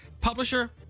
publisher